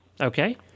Okay